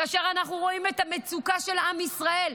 כאשר אנחנו רואים את המצוקה של עם ישראל.